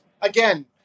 again